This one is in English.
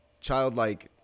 childlike